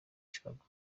chicago